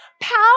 power